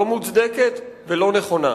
לא מוצדקת ולא נכונה.